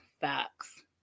facts